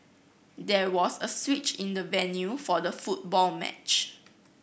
there was a switch in the venue for the football match